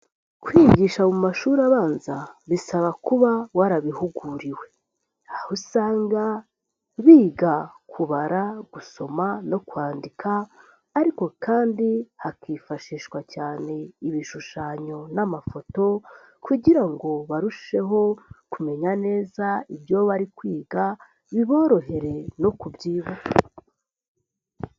Kwigisha mu mashuri abanza bisaba kuba warabihuguriwe, aho usanga biga kubara, gusoma no kwandika ariko kandi hakifashishwa cyane ibishushanyo n'amafoto kugira ngo barusheho kumenya neza ibyo bari kwiga, biborohere no kubyibuka.